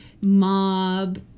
mob